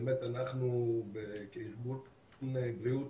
אנחנו כארגון בריאות